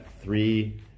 three